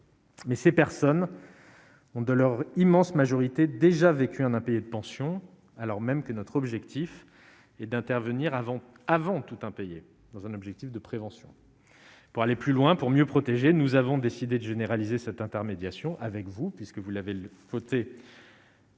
Mais ces personnes ont, de leur immense majorité déjà vécu un impayés de pensions alors même que notre objectif est d'intervenir avant, avant tout pays, dans un objectif de prévention. Pour aller plus loin pour mieux protéger, nous avons décidé de généraliser cette intermédiation avec vous puisque vous l'avez fauté. Dans